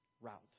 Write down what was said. route